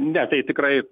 ne tai tikrai